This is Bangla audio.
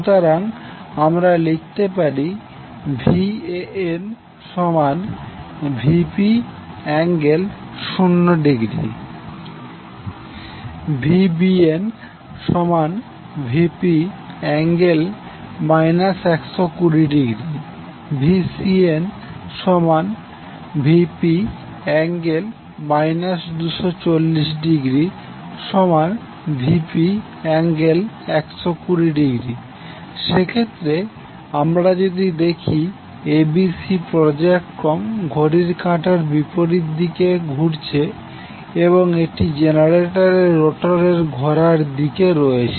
সুতরাং আমরা লিখতে পারি VanVp∠0° VbnVp∠ 120° VcnVp∠ 240°Vp∠120° সেক্ষেত্রে আমরা যদি দেখি abc পর্যায়ক্রম ঘড়ির কাঁটার বিপরীতে ঘুরছে এবং এটি জেনারেটরের রোটরের ঘোরার দিকে রয়েছে